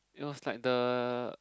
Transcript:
it was like the